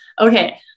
Okay